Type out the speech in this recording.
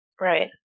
right